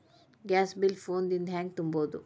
Gas bill phone ದಿಂದ ಹ್ಯಾಂಗ ತುಂಬುವುದು?